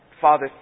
Father